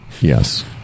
Yes